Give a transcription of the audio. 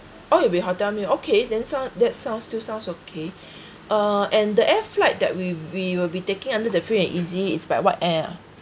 oh it'll be hotel meal okay then sound that sounds still sounds okay uh and the air flight that we we will be taking under the free and easy it's by what air ah